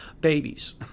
babies